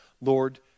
Lord